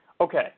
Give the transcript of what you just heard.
Okay